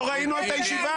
לא ראינו את הישיבה